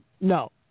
No